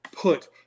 put